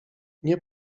nie